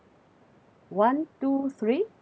one two three